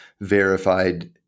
verified